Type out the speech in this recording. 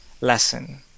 lesson